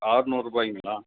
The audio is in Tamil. அறுநூறுபாய்ங்களா